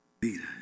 Peter